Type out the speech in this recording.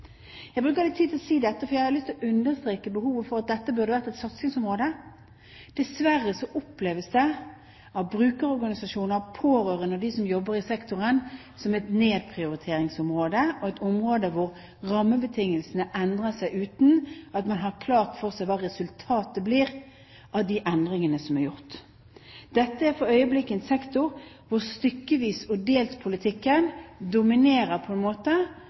Jeg bruker litt tid på å si dette, for jeg har lyst til å understreke behovet for at dette burde vært et satsingsområde. Dessverre oppleves det av brukerorganisasjoner, pårørende og dem som jobber i sektoren, som et nedprioriteringsområde og et område hvor rammebetingelsene endrer seg uten at man har klart for seg hva resultatet blir av de endringene som er gjort. Dette er for øyeblikket en sektor hvor stykkevis og delt-politikken dominerer på en måte